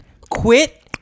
quit